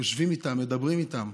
יושבים איתם, מדברים איתם.